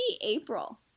April